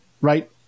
right